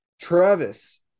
Travis